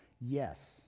Yes